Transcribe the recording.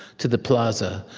to the plaza,